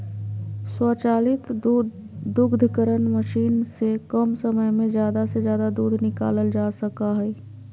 स्वचालित दुग्धकरण मशीन से कम समय में ज़्यादा से ज़्यादा दूध निकालल जा सका हइ